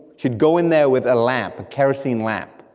she'd go in there with a lamp, a kerosene lamp.